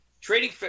trading